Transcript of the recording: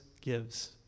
gives